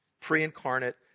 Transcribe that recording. pre-incarnate